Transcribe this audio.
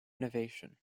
innovation